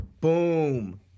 Boom